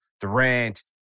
Durant